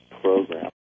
program